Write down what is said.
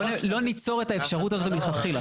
לא ניצור את האפשרות הזאת מלכתחילה.